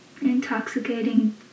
intoxicating